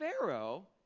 Pharaoh